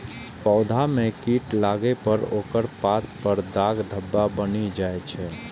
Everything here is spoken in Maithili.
पौधा मे कीट लागै पर ओकर पात पर दाग धब्बा बनि जाइ छै